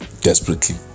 desperately